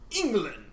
England